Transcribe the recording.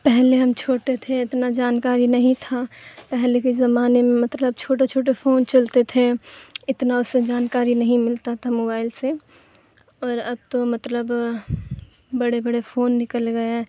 پہلے ہم چھوٹے تھے اتنا جانکاری نہیں تھا پہلے کے زمانے میں مطلب چھوٹے چھوٹے فون چلتے تھے اتنا اس سا جانکاری نہیں ملتا تھا موبائل سے اور اب تو مطلب بڑے بڑے فون نکل گئے